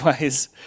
ways